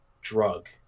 drug